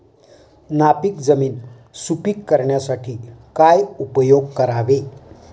नापीक जमीन सुपीक करण्यासाठी काय उपयोग करावे?